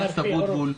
חבר הכנסת אבוטבול,